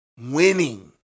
winning